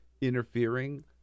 interfering